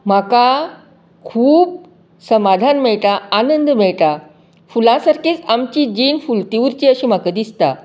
म्हाका खूब समाधान मेळटां आनंद मेळटां फुलां सारकेच आमची जीण फुलती उरची अशी म्हाका दिसता